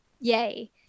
Yay